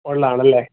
ഉള്ളതാണല്ലേ